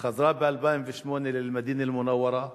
חזרה ב-2008 ללמַדִינַה אל-מֻנַוַורַה ואמרה: